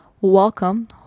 welcome